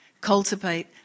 Cultivate